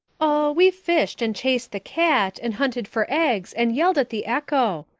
oh, we fished and chased the cat, and hunted for eggs, and yelled at the echo.